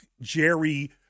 Jerry